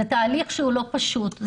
להוריד את המסכה זה תהליך לא פשוט.